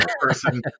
person